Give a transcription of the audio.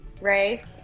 race